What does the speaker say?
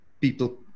people